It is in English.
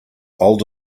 old